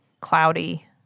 cloudy